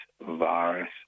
virus